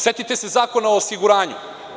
Setite se Zakona o osiguranju.